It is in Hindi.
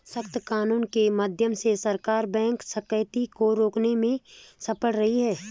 सख्त कानूनों के माध्यम से सरकार बैंक डकैती को रोकने में सफल रही है